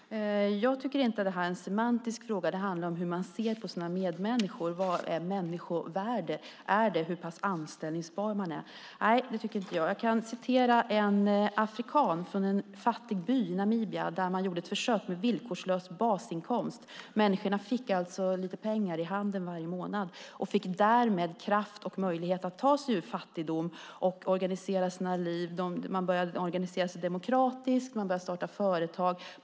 Fru talman! Jag tycker inte att detta är en semantisk fråga, utan det handlar om hur man ser på sina medmänniskor. Vad är människovärde? Är det hur pass anställbar man är? Nej, det tycker jag inte. Jag kan citera en afrikan från en fattig by i Namibia, där man gjorde ett försök med villkorslös basinkomst. Människorna fick alltså lite pengar i handen varje månad och fick därmed kraft och möjlighet att ta sig ur fattigdom och organisera sina liv. De började organisera sig demokratiskt. De började starta företag.